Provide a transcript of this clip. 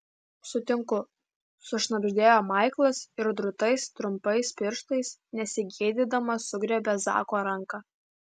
sutinku sušnabždėjo maiklas ir drūtais trumpais pirštais nesigėdydamas sugriebė zako ranką